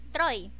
Troy